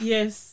Yes